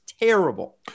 Terrible